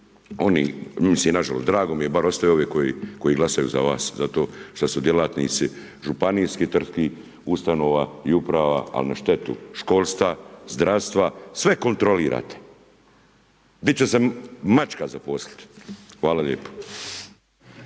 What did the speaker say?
oni, mislim na žalost, drago mi je bar ostaju ovi koji glasaju za vas zato što su djelatnici županijski, tvrtki, ustanova i uprava ali na štetu školstva, zdravstva. Sve kontrolirate gdje će se mačka zaposliti. Hvala lijepo.